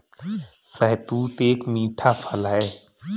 शहतूत एक मीठा फल है